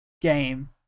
game